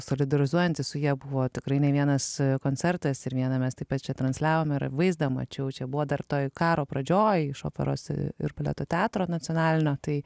solidarizuojantis su ja buvo tikrai ne vienas koncertas ir vieną mes taip pat čia transliavome vaizdą mačiau čia buvo dar toje karo pradžioje iš operos ir baleto teatro nacionalinio tai